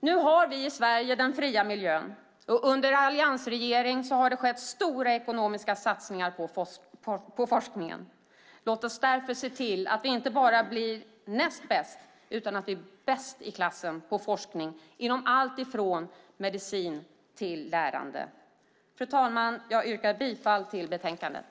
Nu har vi i Sverige den fria miljön, och under alliansregeringen har det skett stora ekonomiska satsningar på forskningen. Låt oss därför se till att vi inte bara blir näst bäst utan att vi blir bäst i klassen på forskning inom allt från medicin till lärande! Fru talman! Jag yrkar bifall till förslaget i betänkandet.